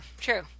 true